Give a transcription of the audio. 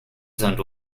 zoned